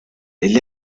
del